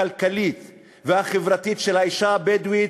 והחוסן הכלכלי והחברתי של האישה הבדואית,